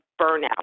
burnout